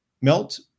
melt